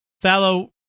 Fallow